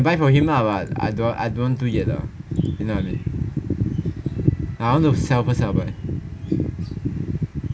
I can buy from him lah but I don't want do yet lah you know what I mean I want to sell first lah but